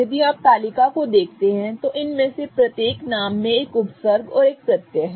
यदि आप तालिका को देखते हैं तो इनमें से प्रत्येक नाम में एक उपसर्ग और एक प्रत्यय है